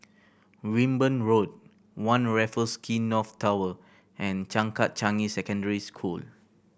Wimborne Road One Raffles Quay North Tower and Changkat Changi Secondary School